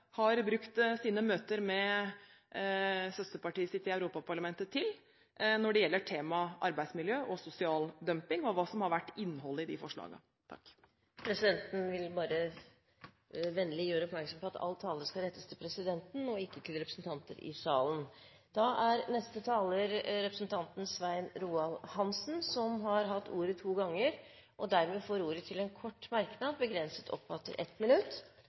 brukt sine møter med søsterpartiene sine i Europaparlamentet til, når det gjelder temaet arbeidsmiljø og sosial dumping, og hva som har vært innholdet i forslagene. Presidenten vil bare vennlig gjøre oppmerksom på at all tale skal rettes til presidenten og ikke til representanter i salen. Representanten Svein Roald Hansen har hatt ordet to ganger tidligere og får ordet til en kort merknad, begrenset til 1 minutt.